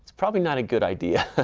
probably not a good idea.